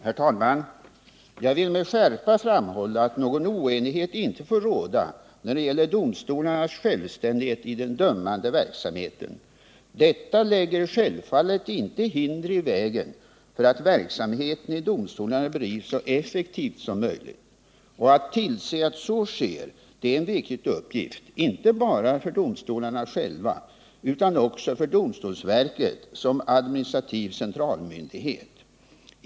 Herr talman! Jag vill med skärpa framhålla att någon oenighet inte får råda när det gäller domstolarnas självständighet i den dömande verksamheten. Detta lägger självfallet inte hinder i vägen för att verksamheten i domstolarna bedrivs så effektivt som möjligt. Att tillse att så sker är en viktig uppgift inte bara för domstolarna själva utan också för domstolsverket som administrativ centralmyndighet.